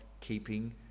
keeping